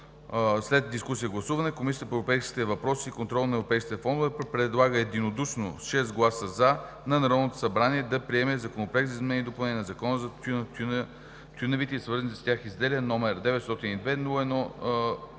след дискусията гласуване Комисията по европейските въпроси и контрол на европейските фондове предлага единодушно с 6 гласа „за“ на Народното събрание да приеме Законопроект за изменение и допълнение на Закона за тютюна, тютюневите и свързаните с тях изделия, № 902-01-43,